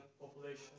population